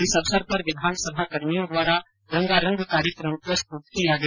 इस अवसर पर विधानसभाकर्मियों द्वारा रंगारंग कार्यक्रम प्रस्तुत किया गया